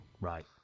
Right